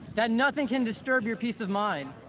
that nothing can disturb your peace of mind,